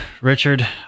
Richard